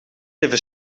even